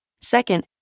Second